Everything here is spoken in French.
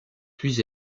puis